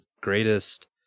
greatest